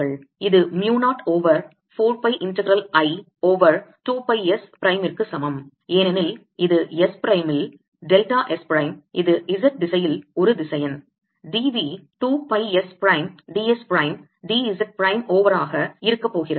இது mu 0 over 4 pi integral I over 2 pi S prime ற்கு சமம் ஏனெனில் இது S பிரைம் ல் டெல்டா S பிரைம் இது Z திசையில் ஒரு திசையன் d v 2 pi S prime d s prime d Z prime over ஆக இருக்கப்போகிறது